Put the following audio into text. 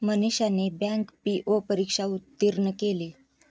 मनीषाने bank PO परीक्षा उत्तीर्ण केली